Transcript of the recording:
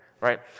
right